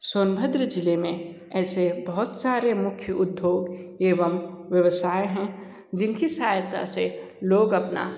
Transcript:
सोनभद्र ज़िले में ऐसे बहुत सारे मुख्य उद्योग एवं व्यवसाय है जिनकी सहायता से लोग अपना